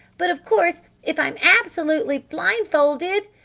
but, of course, if i'm absolutely blindfolded,